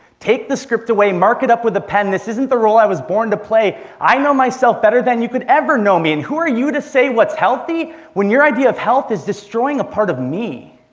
take the script away and mark it up with a pen. this isn't the role i was born to play. i know myself better than you could ever know me. and who are you to say what's healthy when your idea of health is destroying a part of me?